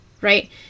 right